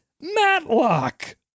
Matlock